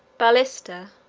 balista,